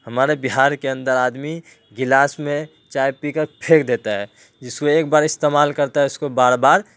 ہمارے بہار کے اندر آدمی گلاس میں چائے پی کر پھینک دیتا ہے جس کو ایک بار استعمال کرتا ہے اس کو بار بار